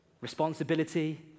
responsibility